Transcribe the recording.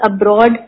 abroad